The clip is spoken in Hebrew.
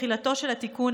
תחילתו של התיקון,